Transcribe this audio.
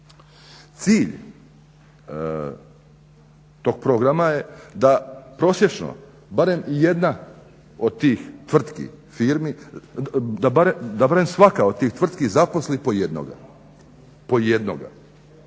Cilj tog programa je da prosječno barem jedna od tih tvrtki, firmi, da barem svaka od tih tvrtki zaposli po jednoga, po jednoga.